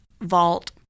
vault